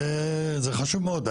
זה חשוב מאוד.